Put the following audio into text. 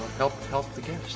help, help the guests.